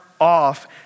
off